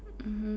mmhmm